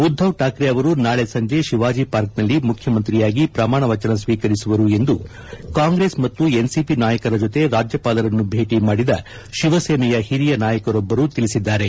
ಉದ್ದವ್ ಠಾಕ್ರೆ ಅವರು ನಾಳೆ ಸಂಜೆ ಶಿವಾಜಿ ಪಾರ್ಕ್ನಲ್ಲಿ ಮುಖ್ಯಮಂತ್ರಿಯಾಗಿ ಪ್ರಮಾಣ ವಚನ ಸ್ವೀಕರಿಸುವರು ಎಂದು ಕಾಂಗ್ರೆಸ್ ಮತ್ತು ಎನ್ಸಿಪಿ ನಾಯಕರ ಜೊತೆ ರಾಜ್ಯಪಾಲರನ್ನು ಭೇಟಿ ಮಾಡಿದ ಶಿವಸೇನೆಯ ಹಿರಿಯ ನಾಯಕರೊಬ್ಬರು ತಿಳಿಸಿದ್ದಾರೆ